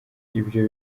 ibyo